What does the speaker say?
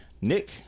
Nick